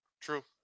True